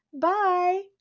Bye